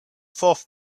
fourth